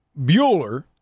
Bueller